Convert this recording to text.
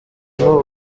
n’u